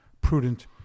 prudent